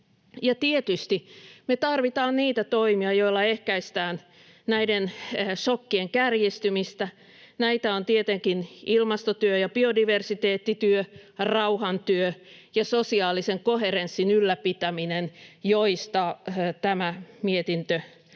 tietysti me tarvitaan niitä toimia, joilla ehkäistään näiden šokkien kärjistymistä. Näitä ovat tietenkin ilmastotyö ja biodiversiteettityö, rauhantyö ja sosiaalisen koherenssin ylläpitäminen, joista tämä mietintö